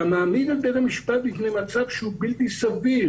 אתה מעמיד את בית המשפט בפני מצב שהוא בלתי סביר